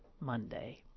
Monday